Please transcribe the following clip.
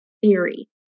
theory